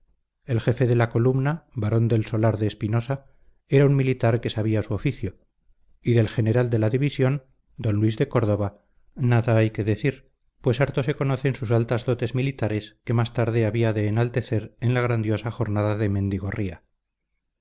el jefe de la columna barón del solar de espinosa era un militar que sabía su oficio y del general de la división don luis de córdoba nada hay que decir pues harto se conocen sus altas dotes militares que más tarde había de enaltecer en la grandiosa jornada de